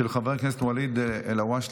של חבר הכנסת ואליד אלהואשלה.